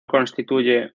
constituye